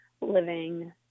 living